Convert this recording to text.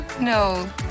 No